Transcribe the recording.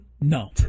No